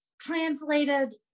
translated